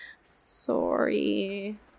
sorry